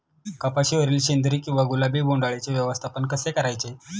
कपाशिवरील शेंदरी किंवा गुलाबी बोंडअळीचे व्यवस्थापन कसे करायचे?